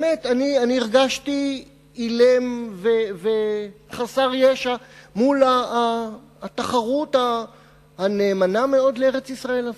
ובאמת הרגשתי אילם וחסר ישע מול התחרות הנאמנה מאוד לארץ-ישראל.